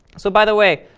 so by the way,